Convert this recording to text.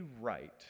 right